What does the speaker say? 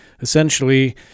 essentially